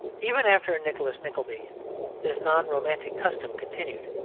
even after nicholas nickleby this non-romantic custom continued.